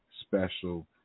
special